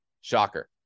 shocker